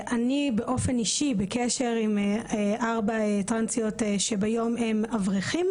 אני באופן אישי בקשר עם ארבע טרנסיות שביום ה אברכים